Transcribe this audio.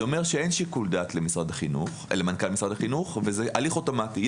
זה אומר שאין שיקול דעת למנכ"ל משרד החינוך וזה הליך אוטומטי.